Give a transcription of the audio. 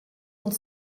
und